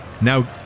now